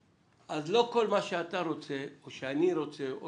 אז לא כל מה שאתה רוצה או שאני רוצה או